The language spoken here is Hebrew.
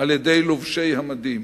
על-ידי לובשי המדים,